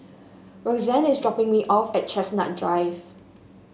Roxanne is dropping me off at Chestnut Drive